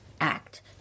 act